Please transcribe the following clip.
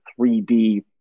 3D